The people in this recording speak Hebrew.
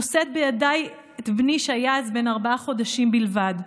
נושאת בידי את בני שהיה אז בן ארבעה חודשים בלבד.